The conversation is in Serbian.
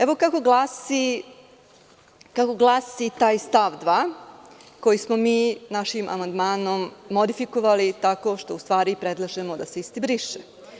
Evo kako glasi taj stav 2. koji smo mi našim amandmanom modifikovali tako što u stvari predlažemo da se isti briše.